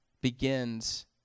begins